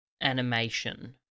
animation